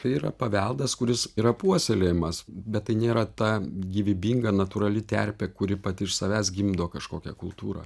tai yra paveldas kuris yra puoselėjamas bet tai nėra ta gyvybinga natūrali terpė kuri pati iš savęs gimdo kažkokią kultūrą